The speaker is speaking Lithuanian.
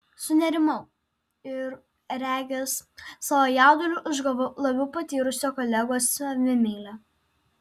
sunerimau ir regis savo jauduliu užgavau labiau patyrusio kolegos savimeilę